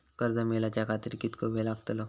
कर्ज मेलाच्या खातिर कीतको वेळ लागतलो?